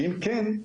שאם כן,